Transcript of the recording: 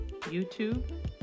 YouTube